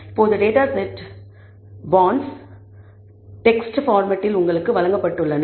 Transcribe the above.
இப்போது data set "bonds" text பார்மட்டில் உங்களுக்கு வழங்கப்பட்டுள்ளன